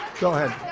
go ahead.